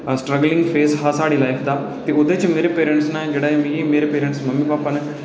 ओह् बड़ा गै सटर्गिलंग फेस हा साढ़े आस्तै